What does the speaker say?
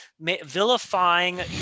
vilifying